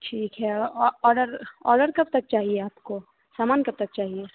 ठीक है आ आ ऑर्डर ऑर्डर कब तक चाहिए आपको सामान कब तक चाहिए